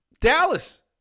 Dallas